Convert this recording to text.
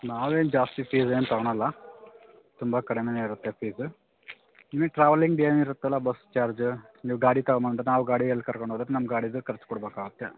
ನಾವೇನು ಜಾಸ್ತಿ ಫೀಸ್ ಏನು ತಗೊಳಲ್ಲ ತುಂಬ ಕಡ್ಮೆ ಇರುತ್ತೆ ಫೀಸು ನಿಮಗ್ ಟ್ರಾವೆಲಿಂಗ್ದೇನು ಇರುತ್ತಲ್ಲ ಬಸ್ ಚಾರ್ಜ್ ನೀವು ಗಾಡಿ ತಗೊಬಂದ್ ನಾವು ಗಾಡಿಯಲ್ಲಿ ಕರ್ಕೊಂಡ್ ಹೋದರೆ ನಮ್ಮ ಗಾಡಿದು ಖರ್ಚ್ ಕೊಡ್ಬೇಕಾಗುತ್ತೆ